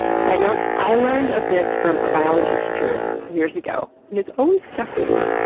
side note, i learned of this from a biology teacher years ago, and it's always stuck with me,